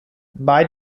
bei